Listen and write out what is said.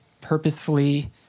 purposefully